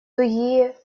тугие